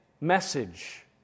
message